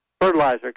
Fertilizer